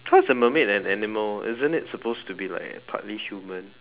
how's a mermaid an animal isn't it supposed to be like partly human